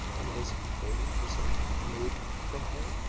and was he waiting for some move from her?